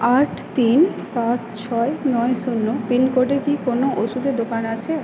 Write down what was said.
আট তিন সাত ছয় নয় শূন্য পিনকোডে কি কোনও ওষুধের দোকান আছে